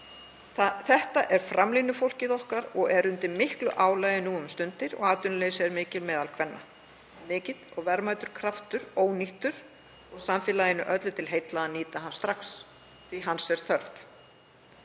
Þetta er framlínufólkið okkar og er undir miklu álagi nú um stundir og atvinnuleysi er mikið meðal kvenna. Þar er mikill og verðmætur kraftur ónýttur og samfélaginu öllu til heilla að nýta hann strax því hans er þörf